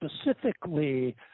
specifically